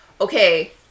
Okay